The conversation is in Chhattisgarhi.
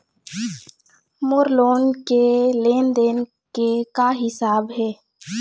मोर लोन के लेन देन के का हिसाब हे?